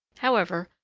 however,